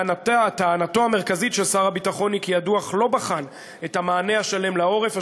טענתו המרכזית של שר הביטחון היא כי הדוח לא בחן את המענה השלם לעורף,